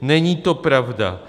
Není to pravda.